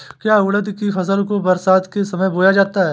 क्या उड़द की फसल को बरसात के समय बोया जाता है?